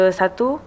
satu